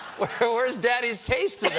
where so where is daddy's taste yeah